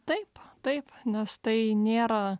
taip taip nes tai nėra